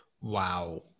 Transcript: Wow